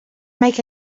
make